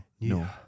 No